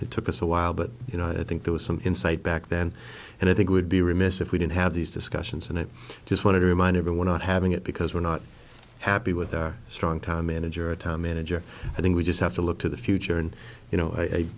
it took us a while but you know i think there was some insight back then and i think would be remiss if we didn't have these discussions and i just wanted to remind everyone out having it because we're not happy with our strong time manager atomic energy i think we just have to look to the future and you know i